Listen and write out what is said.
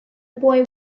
boy